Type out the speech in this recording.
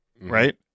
Right